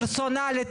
פרסונלית,